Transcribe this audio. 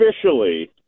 officially